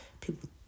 People